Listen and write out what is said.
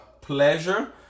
pleasure